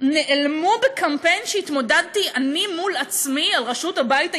נעלמו בקמפיין שהתמודדתי אני מול עצמי על ראשות הבית היהודי.